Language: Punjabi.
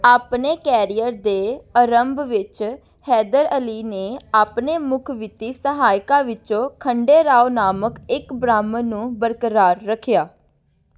ਆਪਣੇ ਕੈਰੀਅਰ ਦੇ ਆਰੰਭ ਵਿੱਚ ਹੈਦਰ ਅਲੀ ਨੇ ਆਪਣੇ ਮੁੱਖ ਵਿੱਤੀ ਸਹਾਇਕਾਂ ਵਿੱਚੋਂ ਖੰਡੇ ਰਾਓ ਨਾਮਕ ਇੱਕ ਬ੍ਰਾਹਮਣ ਨੂੰ ਬਰਕਰਾਰ ਰੱਖਿਆ